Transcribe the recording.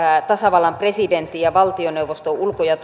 tasavallan presidentin ja valtioneuvoston ulko ja